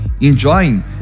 enjoying